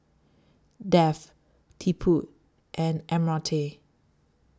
Dev Tipu and Amartya